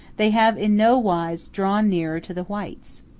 they have in no wise drawn nearer to the whites.